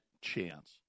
chance